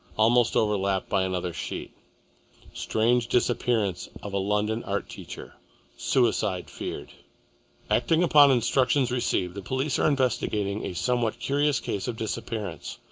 almost overlapped by another sheet strange disappearance of a london art teacher suicide feared acting upon instructions received, the police are investigating a somewhat curious case of disappearance.